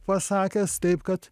pasakęs taip kad